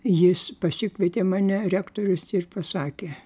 jis pasikvietė mane rektorius ir pasakė